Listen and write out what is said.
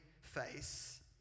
face